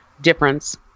difference